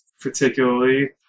particularly